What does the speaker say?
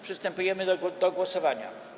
Przystępujemy do głosowania.